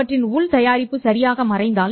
அவற்றின் உள் தயாரிப்பு சரியாக மறைந்தால்